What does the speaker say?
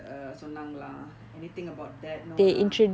err சொன்னாங்களா:sonaangalaa anything about that